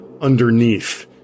underneath